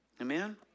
Amen